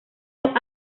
los